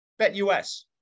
BetUS